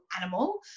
animal